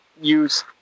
use